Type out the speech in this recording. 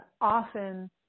often